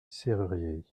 serrurier